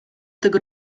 tego